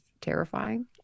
terrifying